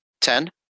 ten